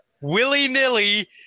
willy-nilly